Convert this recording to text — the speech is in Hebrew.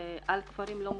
על כפרים לא מוכרים.